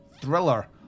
thriller